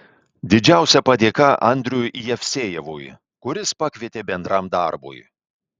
didžiausia padėka andriui jevsejevui kuris pakvietė bendram darbui